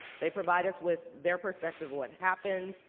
they provide us with their perspective what happened,